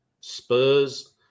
spurs